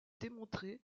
démontré